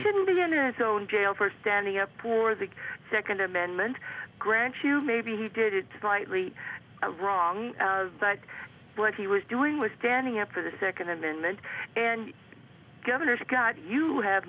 shouldn't be in his own jail for standing up for the second amendment grants you maybe he did it rightly or wrongly but what he was doing was standing up for the second amendment and governor's god you have